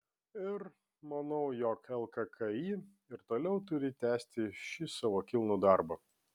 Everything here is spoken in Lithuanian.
ir manau jog lkki ir toliau turi tęsti šį savo kilnų darbą